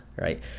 right